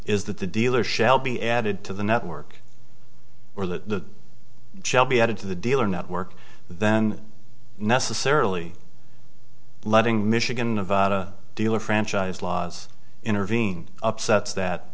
is that the dealer shall be added to the network or the gel be added to the dealer network then necessarily letting michigan nevada dealer franchise laws intervene upsets that